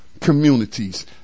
communities